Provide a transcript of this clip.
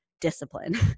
discipline